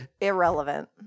irrelevant